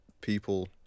people